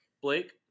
Blake